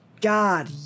god